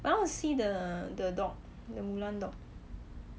I want to see the the dog the mulan dog